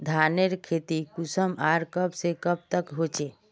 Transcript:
धानेर खेती कुंसम आर कब से कब तक होचे?